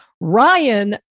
ryan